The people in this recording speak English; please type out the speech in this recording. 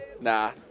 Nah